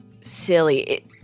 silly